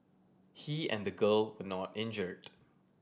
he and the girl were not injured